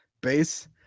base